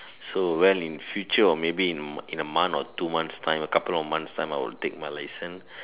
so well in future or maybe in in a month or two months time a couple of months time I will take my license